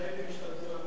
מיכאלים השתלטו על